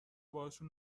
باهاشون